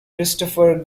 christopher